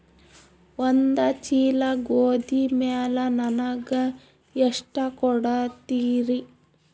ಒಂದ ಚೀಲ ಗೋಧಿ ಮ್ಯಾಲ ನನಗ ಎಷ್ಟ ಕೊಡತೀರಿ?